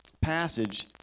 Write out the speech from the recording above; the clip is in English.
passage